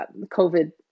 covid